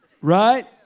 right